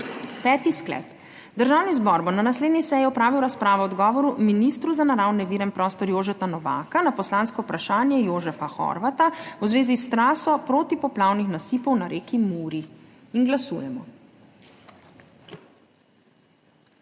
Peti sklep: Državni zbor bo na naslednji seji opravil razpravo o odgovoru ministra za naravne vire in prostor Jožeta Novaka na poslansko vprašanje Jožefa Horvata v zvezi s traso protipoplavnih nasipov na reki Muri. Glasujemo.